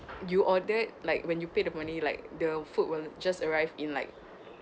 you ordered like when you pay the money like the food will just arrived in like